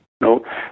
No